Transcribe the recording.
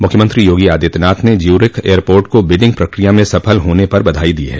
मुख्यमंत्री योगी आदित्यनाथ ने Zurich airport को बिडिंग प्रक्रिया में सफल होने पर बधाई दी है